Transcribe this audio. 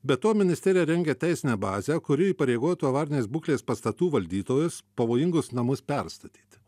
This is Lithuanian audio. be to ministerija rengia teisinę bazę kuri įpareigotų avarinės būklės pastatų valdytojus pavojingus namus perstatyti